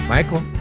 Michael